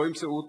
לא ימצאו אותו.